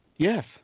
Yes